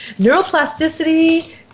Neuroplasticity –